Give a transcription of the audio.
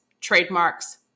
trademarks